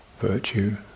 virtue